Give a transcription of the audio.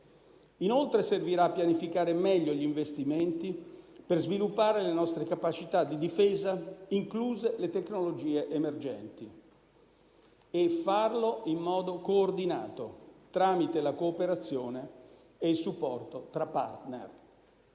Inoltre, servirà pianificare meglio gli investimenti per sviluppare le nostre capacità di difesa, incluse le tecnologie emergenti e farlo in modo coordinato, tramite la cooperazione e il supporto tra *partner.*